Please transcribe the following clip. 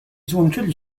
złączyli